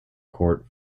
court